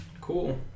cool